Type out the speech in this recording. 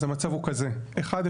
אז המצב הוא כזה: אחד,